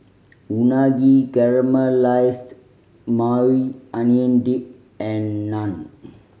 Unagi Caramelized Maui Onion Dip and Naan